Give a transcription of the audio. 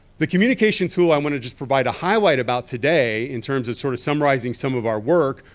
the communication tool i want to just provide a highlight about today in terms of sort of summarizing some of our work,